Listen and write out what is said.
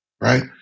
right